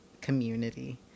community